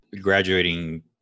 graduating